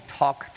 talk